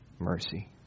mercy